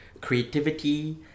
creativity